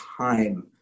time